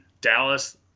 Dallas